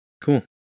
cool